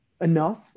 enough